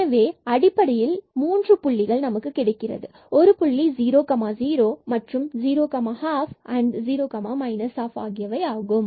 எனவே அடிப்படையில் இந்த மூன்று புள்ளிகள் 00 மற்றும் 012 0 12 ஆகியவை ஆகும்